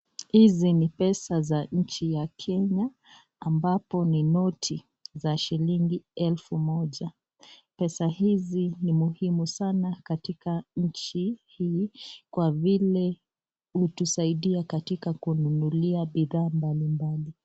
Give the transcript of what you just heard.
Hizi ni pesa za nchi ya Kenya ambapo ni noti za shilingi elfu moja, pesa hizi ni muhimu sana katika nchi hii kwa vile hutusaidia katika kununulia bidhaa mbali mbali.